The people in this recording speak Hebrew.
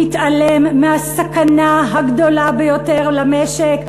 מתעלם מהסכנה הגדולה ביותר למשק,